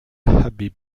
habib